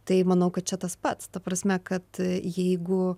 tai manau kad čia tas pats ta prasme kad jeigu